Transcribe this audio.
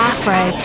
Afro